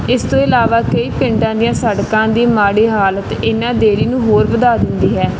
ਇਸ ਤੋਂ ਇਲਾਵਾ ਕਈ ਪਿੰਡਾਂ ਦੀਆਂ ਸੜਕਾਂ ਦੀ ਮਾੜੀ ਹਾਲਤ ਇਹਨਾਂ ਦੇਰੀ ਨੂੰ ਹੋਰ ਵਧਾ ਦਿੰਦੀ ਹੈ